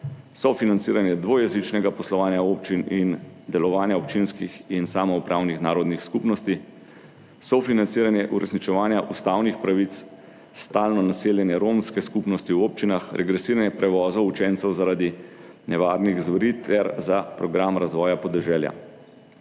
sofinanciranje dvojezičnega poslovanja občin in delovanja občinskih in samoupravnih narodnih skupnosti, sofinanciranje uresničevanja ustavnih pravic stalno naseljene romske skupnosti v občinah, regresiranje prevozov učencev zaradi nevarnih zveri ter za program razvoja podeželja.